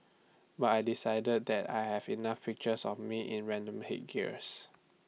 but I decided that I have enough pictures of me in random headgears